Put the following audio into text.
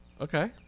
Okay